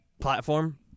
platform